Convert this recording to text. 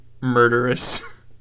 murderous